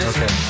Okay